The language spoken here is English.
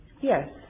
Yes